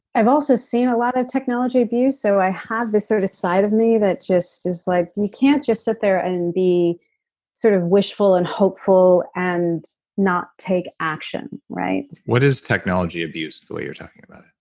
i've also seen a lot of technology abuse so i have this sort of side of me that just is like, you can't just sit there and be sort of wishful and hopeful and not take action what is technology abuse the way you're talking about it?